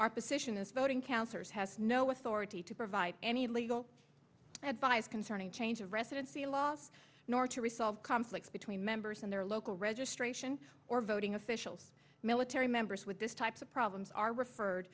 our position is voting counters has no authority to provide any legal advise concerning change of residency laws nor to resolve conflicts between members and their local registration or voting officials military members with this type of problems are referred